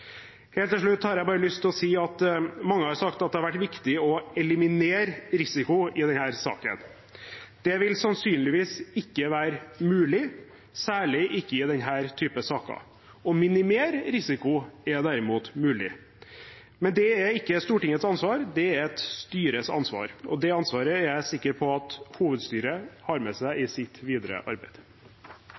Helt til slutt: Mange har sagt at det har vært viktig å eliminere risiko i denne saken. Det vil sannsynligvis ikke være mulig, særlig ikke i denne typen saker. Å minimere risiko er derimot mulig. Men det er ikke Stortingets ansvar; det er styrets ansvar. Det ansvaret er jeg sikker på at hovedstyret har med seg i sitt videre arbeid.